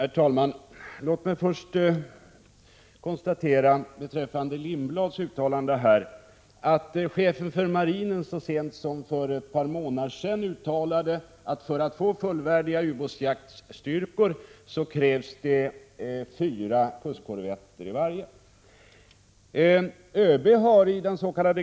Herr talman! Låt mig först beträffande Hans Lindblads uttalande säga att chefen för marinen så sent som för ett par månader sedan framhöll att för att vi skall få fullvärdiga ubåtsjaktsstyrkor krävs det fyra kustkorvetter i varje styrka. ÖB har i dens.k.